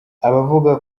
abavuga